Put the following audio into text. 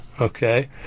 okay